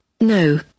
No